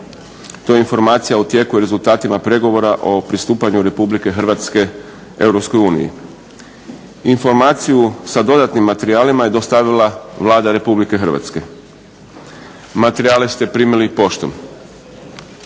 To je 4. Informacija o tijeku i rezultatima pregovora o pristupanju Republike Hrvatske Europskoj uniji Informaciju sa dodatnim materijalima je dostavila Vlada Republike Hrvatske. Materijale ste primili poštom.